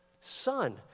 son